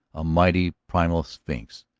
a mighty, primal sphinx,